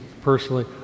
personally